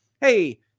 hey